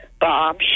bomb